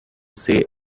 say